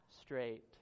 straight